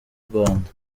rwanda